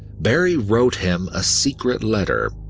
barrie wrote him a secret letter.